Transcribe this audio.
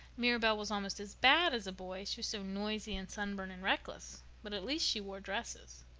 mirabel was almost as bad as a boy she was so noisy and sunburned and reckless. but at least she wore dresses.